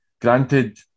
granted